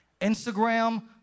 Instagram